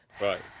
right